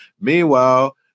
Meanwhile